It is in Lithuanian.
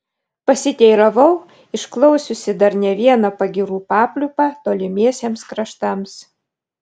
pasiteiravau išklausiusi dar ne vieną pagyrų papliūpą tolimiesiems kraštams